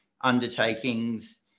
undertakings